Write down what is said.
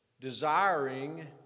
desiring